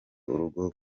urugero